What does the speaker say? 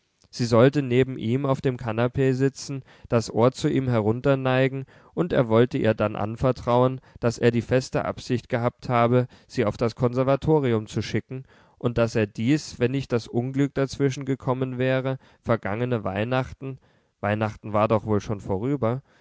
sie sollte neben ihm auf dem kanapee sitzen das ohr zu ihm herunterneigen und er wollte ihr dann anvertrauen daß er die feste absicht gehabt habe sie auf das konservatorium zu schicken und daß er dies wenn nicht das unglück dazwischen gekommen wäre vergangene weihnachten weihnachten war doch wohl schon vorüber